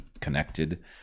connected